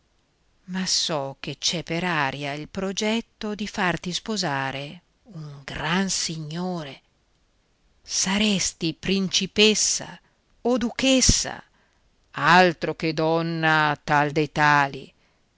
ma so che c'è per aria il progetto di farti sposare un gran signore saresti principessa o duchessa altro che donna tal di tali